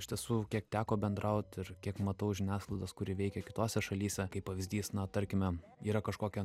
iš tiesų kiek teko bendraut ir kiek matau žiniasklaidos kuri veikia kitose šalyse kaip pavyzdys na tarkime yra kažkokia